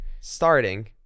starting